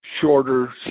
shorter